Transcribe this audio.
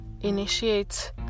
initiate